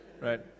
right